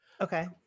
Okay